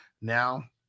now